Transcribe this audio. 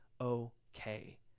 okay